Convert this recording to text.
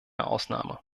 ausnahme